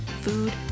food